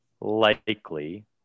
likely